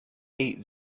hate